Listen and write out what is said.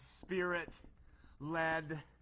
spirit-led